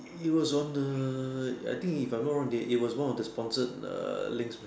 it was on a I think if I'm not wrong they it was one of the sponsored uh links man